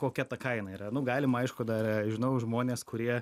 kokia ta kaina yra nu galim aišku dar žinau žmones kurie